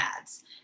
ads